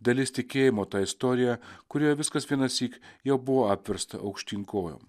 dalis tikėjimo ta istorija kurioje viskas vienąsyk jau buvo apversta aukštyn kojom